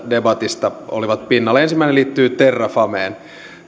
debatissa olivat pinnalla ensimmäinen liittyy terrafameen